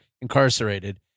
incarcerated